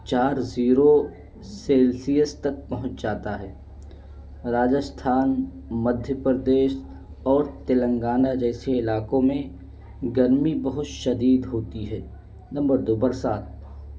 چار zero celsius تک پہنچ جاتا ہے راجستھان مدھیہ پردیش اور تلنگانہ جیسے علاقوں میں گرمی بہت شدید ہوتی ہے نمبر دو برسات